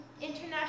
international